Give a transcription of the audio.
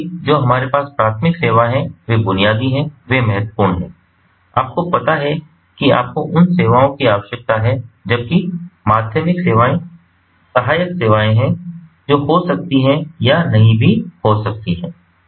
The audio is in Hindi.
इसलिए जो हमारे पास प्राथमिक सेवा है वे बुनियादी हैं वे बहुत महत्वपूर्ण हैं आपको पता है कि आपको उन सेवाओं की आवश्यकता है जबकि माध्यमिक सेवाएं सहायक सेवाएं हैं जो हो सकती हैं या नहीं भी हो सकती हैं